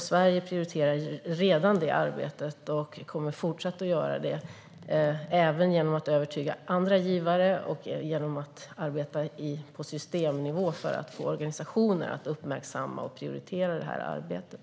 Sverige prioriterar redan det arbetet och kommer att fortsätta göra det, även genom att övertyga andra givare och genom att arbeta på systemnivå för att få organisationer att uppmärksamma och prioritera arbetet.